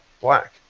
black